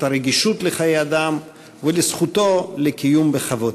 את הרגישות לחיי האדם ולזכותו לקיום בכבוד.